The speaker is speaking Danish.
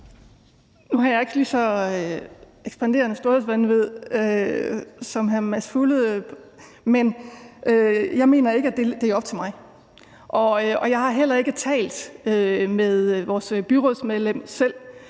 jeg ikke lige så ekspanderende storhedsvanvid som hr. Mads Fuglede, men jeg mener ikke, at det er op til mig, og jeg har heller ikke talt med vores byrådsmedlem selv.